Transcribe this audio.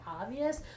obvious